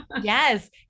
Yes